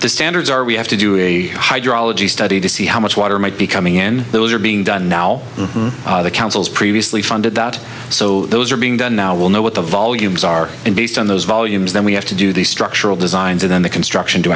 the standards are we have to do a hydrology study to see how much water might be coming in those are being done now the councils previously funded that so those are being done now will know what the volumes are and based on those volumes then we have to do these structural designs and then the construction to